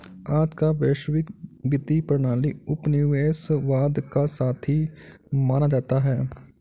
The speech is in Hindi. आज का वैश्विक वित्तीय प्रणाली उपनिवेशवाद का साथी माना जाता है